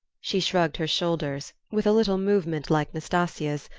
she shrugged her shoulders, with a little movement like nastasia's,